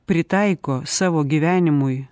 pritaiko savo gyvenimui